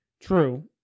true